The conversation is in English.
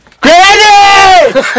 Granny